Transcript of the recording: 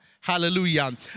Hallelujah